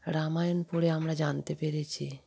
রামায়ণ পড়ে আমরা জানতে পেরেছি